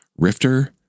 rifter